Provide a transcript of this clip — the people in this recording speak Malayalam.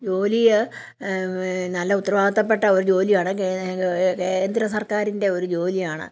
ജോലിയ് നല്ല ഉത്തരവാദിത്വപ്പെട്ട ഒരു ജോലിയാണ് കേന്ദ്രസർക്കാരിൻ്റെ ഒരു ജോലിയാണ്